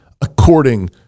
according